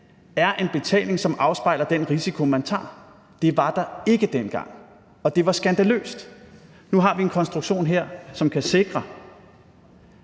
er en betaling, som afspejler den risiko, som man tager. Det var der ikke dengang, og det var skandaløst. Nu har vi her en konstruktion, som kan sikre,